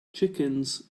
chickens